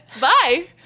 bye